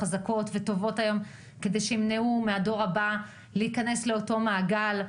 חזקות וטובות שימנעו מהדור הבא להיכנס למעגל.